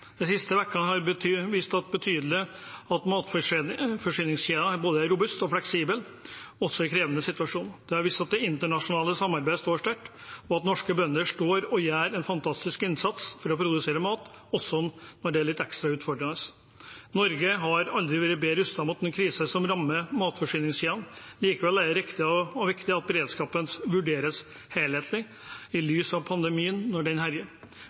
De siste ukene har vist at matforsyningen er både robust og fleksibel også i en krevende situasjon, det viste at det internasjonale samarbeidet står støtt, og at norske bønder står støtt og gjør en fantastisk innsats for å produsere mat også når det er litt ekstra utfordrende. Norge har aldri vært bedre rustet mot en krise som rammer matforsyningskjedene. Likevel er det riktig og viktig at beredskapen vurderes helhetlig i lys av pandemien når den